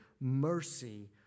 mercy